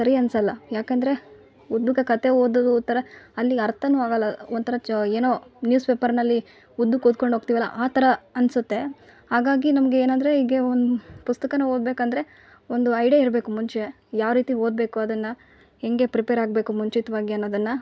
ಸರಿ ಅನ್ಸೋಲ್ಲ ಯಾಕಂದರೆ ಉದ್ದುಕೆ ಕತೆ ಓದದೂತರ ಅಲ್ಲಿ ಅರ್ಥನು ಆಗೋಲ್ಲ ಒಂಥರ ಚ ಏನೋ ನ್ಯೂಸ್ ಪೇಪರ್ನಲ್ಲಿ ಉದ್ದುಕೆ ಓದ್ಕೊಂಡು ಹೋಗ್ತೀವಲ ಆ ಥರ ಅನಿಸುತ್ತೆ ಹಾಗಾಗಿ ನಮಗೆ ಏನಂದರೆ ಈಗ ಒಂದು ಪುಸ್ತಕ ಓದಬೇಕಂದ್ರೆ ಒಂದು ಐಡಿಯಾ ಇರಬೇಕು ಮುಂಚೆ ಯಾವರೀತಿ ಓದಬೇಕು ಅದನ್ನು ಹೆಂಗೆ ಪ್ರಿಪೇರ್ ಆಗಬೇಕು ಮುಂಚಿತವಾಗಿ ಅನ್ನೋದನ್ನು